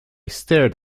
stared